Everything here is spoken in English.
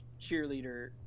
cheerleader